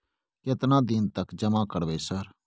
केतना दिन तक जमा करबै सर?